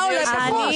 מה עולה פחות?